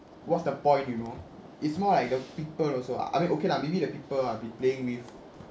what's the point you know it's more like the people also ah I mean okay lah maybe the people ah we playing with